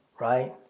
right